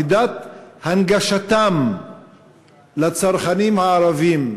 מידת הנגשתם לצרכנים הערבים,